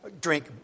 drink